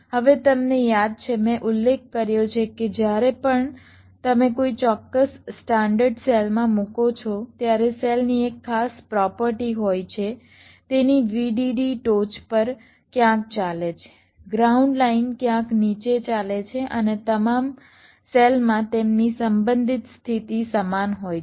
હવે તમને યાદ છે મેં ઉલ્લેખ કર્યો છે કે જ્યારે પણ તમે કોઈ ચોક્કસ સ્ટાન્ડર્ડ સેલમાં મૂકો છો ત્યારે સેલની એક ખાસ પ્રોપર્ટી હોય છે કે તેની VDD ટોચ પર ક્યાંક ચાલે છે ગ્રાઉન્ડ લાઇન ક્યાંક નીચે ચાલે છે અને તમામ સેલમાં તેમની સંબંધિત સ્થિતિ સમાન હોય છે